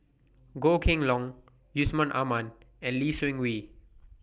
Goh Kheng Long Yusman Aman and Lee Seng Wee